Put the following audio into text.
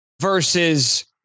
versus